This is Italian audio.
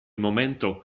momento